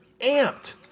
amped